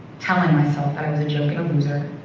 telling myself that i was a joke and a loser,